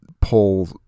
pull